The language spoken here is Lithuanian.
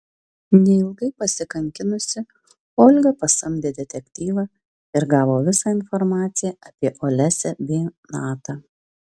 neilgai pasikankinusi olga pasamdė detektyvą ir gavo visą informaciją apie olesią bei natą